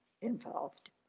involved